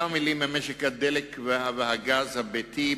כמה מלים על משק הדלק והגז הביתי.